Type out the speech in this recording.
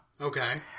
Okay